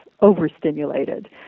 overstimulated